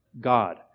God